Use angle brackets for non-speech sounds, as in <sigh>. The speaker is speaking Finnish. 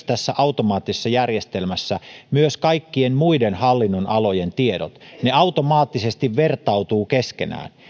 <unintelligible> tässä automaattisessa järjestelmässä myös kaikkien muiden hallinnonalojen tiedot ja ne automaattisesti vertautuvat keskenään